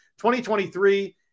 2023